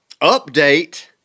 Update